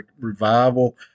revival